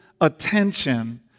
attention